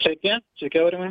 sveiki sveiki aurimai